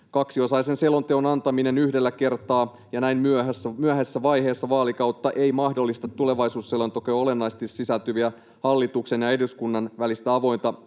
Kaksiosaisen selonteon antaminen yhdellä kertaa ja näin myöhäisessä vaiheessa vaalikautta ei mahdollista tulevaisuusselontekoon olennaisesti sisältyvää hallituksen ja eduskunnan välistä avointa